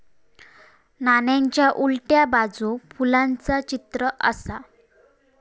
नाण्याच्या उलट्या बाजूक फुलाचा चित्र आसा